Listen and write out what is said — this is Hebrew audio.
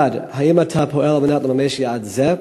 1. האם אתה פועל על מנת לממש יעד זה?